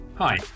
Hi